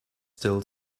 still